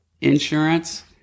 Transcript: insurance